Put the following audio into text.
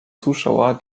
zuschauer